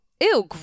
Ew